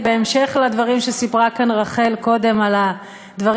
בהמשך לדברים שסיפרה כאן רחל קודם על הדברים